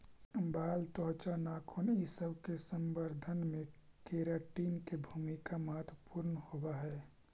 बाल, त्वचा, नाखून इ सब के संवर्धन में केराटिन के भूमिका महत्त्वपूर्ण होवऽ हई